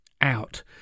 out